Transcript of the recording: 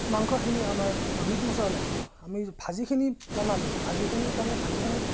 মাংসখিনি আমাৰ মিট মছলা লাগিব আমি ভাজিখিনি বনালোঁ ভাজিখিনিৰ কাৰণে ভাজিখিনিত